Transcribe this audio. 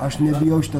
aš nebijau šito